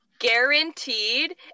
Guaranteed